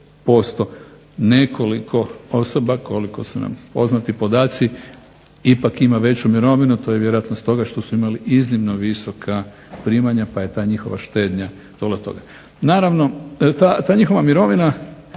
nekoliko osoba, koliko su poznati podaci, ipak ima veću mirovinu, to je vjerojatno stoga što su imali iznimno visoka primanja pa je ta njihova štednja …/Ne razumije se./… Ta njihova mirovina